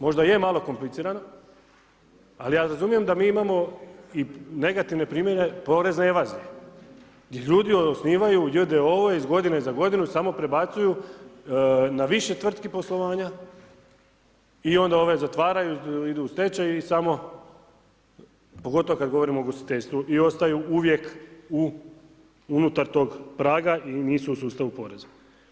Možda je malo komplicirano, ali ja razumijem da mi imamo negativne primjene porezne evazije, gdje ljudi osnivaju j.d.o. iz godine u godine i samo prebacuju na više tvrtki poslovanja i onda ove zatvaraju, idu u stečaj i samo, pogotovo kada govorimo o ugostiteljstvu i ostaju uvijek u unutar tog praga i nisu u sustavu poreza.